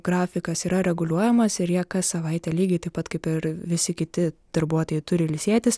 grafikas yra reguliuojamas ir jie kas savaitę lygiai taip pat kaip ir visi kiti darbuotojai turi ilsėtis